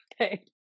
Okay